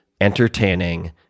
entertaining